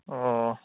ꯑꯣ